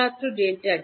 ছাত্র ডেল্টা টি